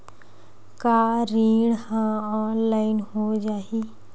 का ऋण ह ऑनलाइन हो जाही?